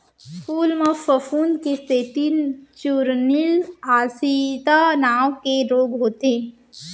फूल म फफूंद के सेती चूर्निल आसिता नांव के रोग होथे